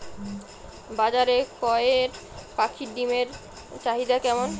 বাজারে কয়ের পাখীর ডিমের চাহিদা কেমন?